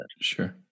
Sure